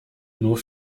nur